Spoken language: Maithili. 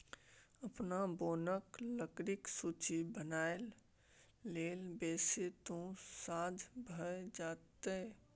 अपन बोनक लकड़ीक सूची बनाबय लेल बैसब तँ साझ भए जाएत